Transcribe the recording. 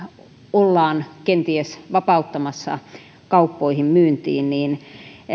ollaan kenties vapauttamassa kauppoihin myyntiin niin